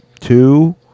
two